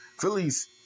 Phillies